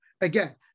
again